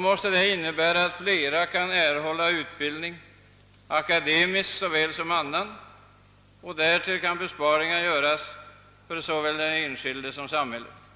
måste det innebära att flera kan erhålla utbildning, akademisk såväl som annan. På så sätt kan besparingar göras för såväl den enskilde som samhället.